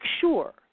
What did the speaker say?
sure